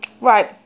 right